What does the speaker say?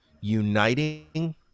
uniting